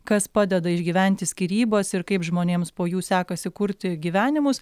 kas padeda išgyventi skyrybas ir kaip žmonėms po jų sekasi kurti gyvenimus